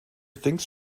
thinks